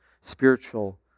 spiritual